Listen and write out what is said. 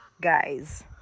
guys